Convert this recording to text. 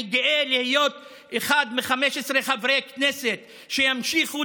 אני גאה להיות אחד מ-15 חברי כנסת שימשיכו